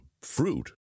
Fruit